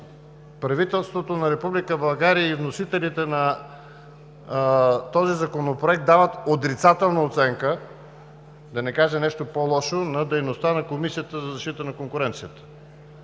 правителството на Република България и вносителите на този законопроект дават отрицателна оценка, да не кажа нещо по-лошо, на дейността на Комисията за защита на конкуренцията.